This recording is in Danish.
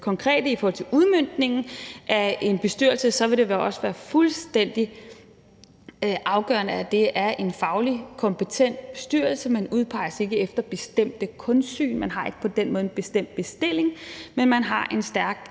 konkrete i forhold til udmøntningen af en bestyrelse, vil det også være fuldstændig afgørende, at det er en fagligt kompetent bestyrelse, så man ikke udpeges efter bestemte kunstsyn og ikke på den måde har en bestemt bestilling, men har en stærk